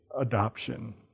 adoption